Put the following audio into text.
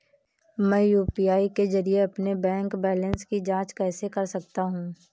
मैं यू.पी.आई के जरिए अपने बैंक बैलेंस की जाँच कैसे कर सकता हूँ?